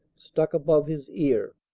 stuck above his ear.